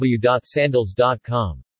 www.sandals.com